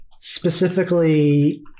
specifically